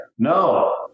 No